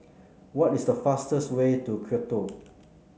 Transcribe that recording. what is the fastest way to Quito